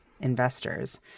investors